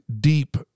deep